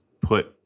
put